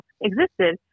existed